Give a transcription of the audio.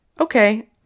Okay